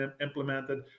implemented